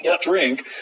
drink